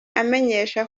amenyesha